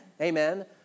Amen